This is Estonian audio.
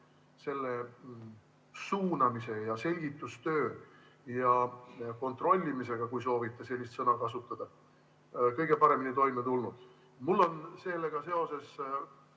selle suunamise, selgitustöö ja kontrollimisega, kui soovite sellist sõna kasutada, kõige paremini toime tulnud. Mul on sellega seoses